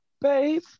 babe